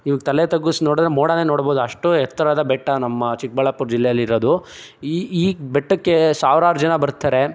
ಈವಾಗ ತಲೆ ತಗ್ಗಿಸಿ ನೋಡಿದ್ರೆ ಮೋಡನೇ ನೋಡಬಹುದು ಅಷ್ಟು ಎತ್ತರವಾದ ಬೆಟ್ಟ ನಮ್ಮ ಚಿಕ್ಕಬಳ್ಳಾಪುರ ಜಿಲ್ಲೆಯಲ್ಲಿರೋದು ಈ ಈ ಬೆಟ್ಟಕ್ಕೆ ಸಾವ್ರಾರು ಜನ ಬರ್ತಾರೆ